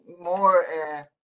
more